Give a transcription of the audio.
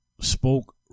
spoke